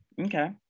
Okay